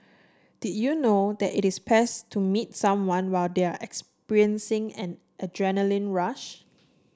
did you know that it is best to meet someone while they are experiencing an adrenaline rush